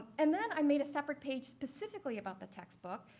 and then i made a separate page specifically about the textbook.